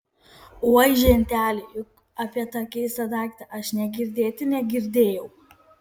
oi ženteli juk apie tą keistą daiktą aš nė girdėti negirdėjau